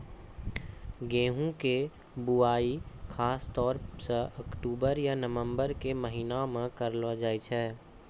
गेहूँ के बुआई खासतौर सॅ अक्टूबर या नवंबर के महीना मॅ करलो जाय छै